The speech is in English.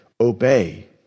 obey